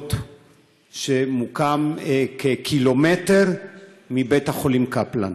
סוללות שמוקם כקילומטר מבית-החולים קפלן.